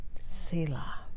Selah